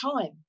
time